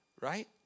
right